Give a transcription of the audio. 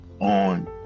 on